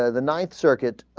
ah the ninth circuit ah.